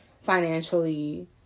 financially